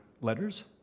letters